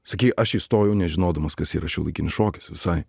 sakei aš įstojau nežinodamas kas yra šiuolaikinis šokis visai